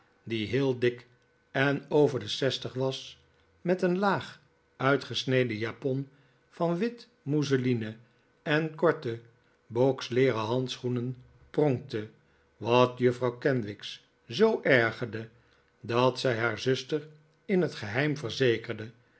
die heel dik en over de zestig was met een laag uitgesneden japon van wit mouseline en korte boksleeren handschoenen pronkte wat juffrouw kenwigs zoo ergerde dat zij haar zuster in het geheim verzekerde